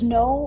no